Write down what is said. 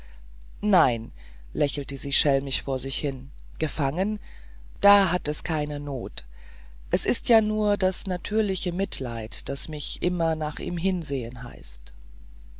gef nein lächelte sie schelmisch vor sich hin gefangen da hat es keine not es ist ja nur das natürliche mitleiden was mich immer nach ihm hinsehen heißt